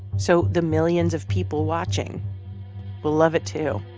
so the millions of people watching will love it, too